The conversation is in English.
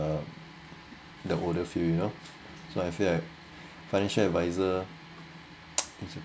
the the older few you know so I feel like financial advisor